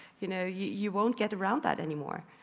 you know, you you wont get around that any more.